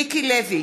מיקי לוי,